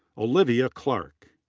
olivia clark.